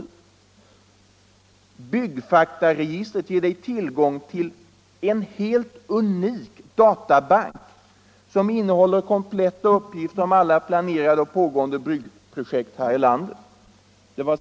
Jo, att ”byggfaktaregistret ger dig tillgång till en helt unik databank som innehåller kompletta uppgifter om alla planerade och pågående byggprojekt här i landet”.